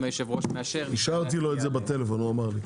אישרתי לו בטלפון.